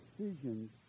decisions